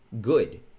good